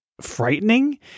frightening